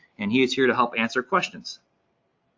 and he is here to help answer questions.